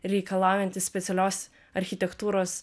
reikalaujantys specialios architektūros